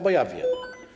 Bo ja wiem.